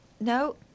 No